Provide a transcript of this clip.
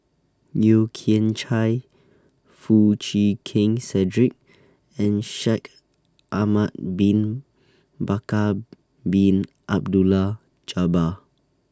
Yeo Kian Chye Foo Chee Keng Cedric and Shaikh Ahmad Bin Bakar Bin Abdullah Jabbar